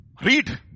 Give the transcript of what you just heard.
read